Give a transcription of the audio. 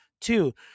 Two